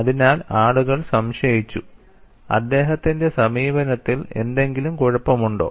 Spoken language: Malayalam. അതിനാൽ ആളുകൾ സംശയിച്ചു അദ്ദേഹത്തിന്റെ സമീപനത്തിൽ എന്തെങ്കിലും കുഴപ്പമുണ്ടോ